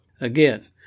Again